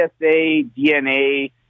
DNA